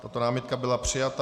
Tato námitka byla přijata.